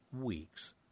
weeks